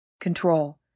control